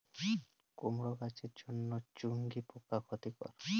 কুমড়ো গাছের জন্য চুঙ্গি পোকা ক্ষতিকর?